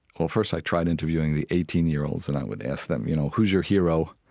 well, first i tried interviewing the eighteen year olds. and i would ask them, you know, who's your hero?